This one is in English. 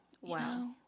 wow